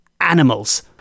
animals